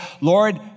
Lord